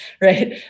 right